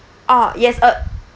ah yes uh